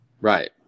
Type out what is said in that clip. Right